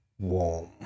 warm